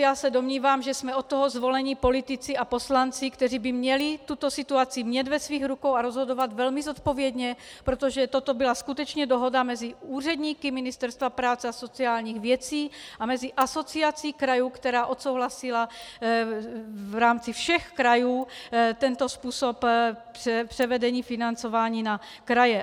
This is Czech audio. Já se domnívám, že jsme od toho zvolení politici a poslanci, kteří by měli tuto situaci mít ve svých rukou a rozhodovat velmi zodpovědně, protože toto byla skutečně dohoda mezi úředníky Ministerstva práce a sociálních věcí a Asociací krajů, která odsouhlasila v rámci všech krajů tento způsob převedení financování na kraje.